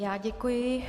Já děkuji.